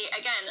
again